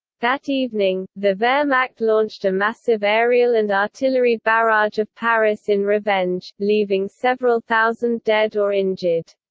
that evening, the wehrmacht launched a massive aerial and artillery barrage of paris in revenge, leaving several thousand dead or injured.